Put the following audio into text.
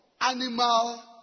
animal